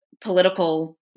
political